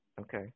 Okay